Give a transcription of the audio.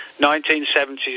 1970s